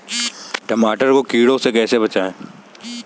टमाटर को कीड़ों से कैसे बचाएँ?